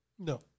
No